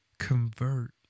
Convert